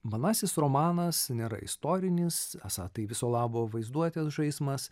manasis romanas nėra istorinis esą tai viso labo vaizduotės žaismas